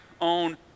own